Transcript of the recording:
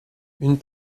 une